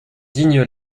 digne